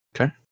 Okay